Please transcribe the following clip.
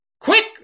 quick